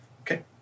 Okay